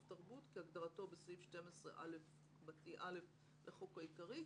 תרבות כהגדרתו בסעיף 12א(א) לחוק העיקרי,